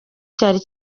cyari